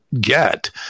get